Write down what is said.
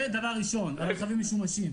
זה דבר ראשון על רכבים משומשים.